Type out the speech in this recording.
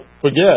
forget